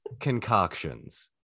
concoctions